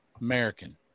American